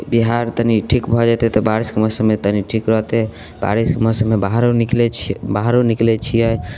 बिहार तनी ठीक भऽ जेतै तऽ बारिशके मौसममे तनी ठीक रहतै तऽ बारिशमे मौसममे बाहरो निकलैत छियै बाहरो निकलैत छियै